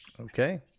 Okay